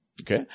Okay